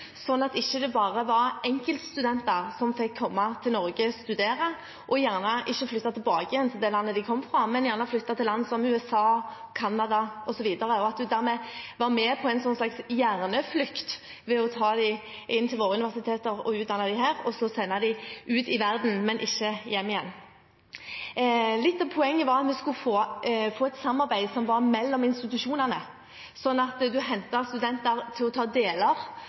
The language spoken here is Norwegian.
sånn at det ikke bare var enkeltstudenter som fikk komme til Norge og studere, og gjerne ikke flyttet tilbake til det landet de kom fra, men flyttet til land som USA, Canada osv. – og at man dermed var med på en slags hjerneflukt, ved å ta dem inn til våre universiteter og utdanne dem her, og så sende dem ut i verden, men ikke hjem igjen. Litt av poenget var at vi skulle få et samarbeid mellom institusjonene, sånn at man hentet studenter til å ta deler av